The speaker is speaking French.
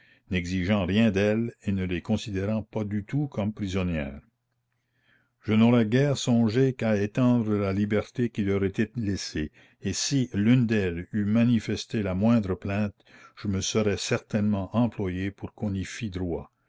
n'exigeant rien d'elles et ne les considérant pas du tout comme prisonnières je n'aurais guère songé qu'à étendre la liberté qui leur était laissée et si l'une d'elles eût manifesté la moindre plainte je me serais certainement employé pour qu'on y fit droit